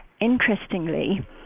Interestingly